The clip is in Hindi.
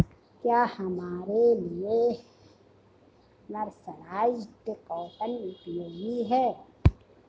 क्या हमारे लिए मर्सराइज्ड कॉटन उपयोगी है?